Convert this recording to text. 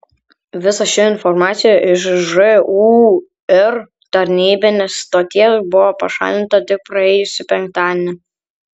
visa ši informacija iš žūr tarnybinės stoties buvo pašalinta tik praėjusį penktadienį